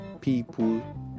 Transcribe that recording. people